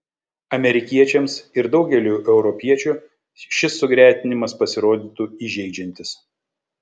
amerikiečiams ir daugeliui europiečių šis sugretinimas pasirodytų įžeidžiantis